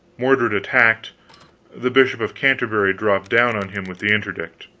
mordred attacked the bishop of canterbury dropped down on him with the interdict.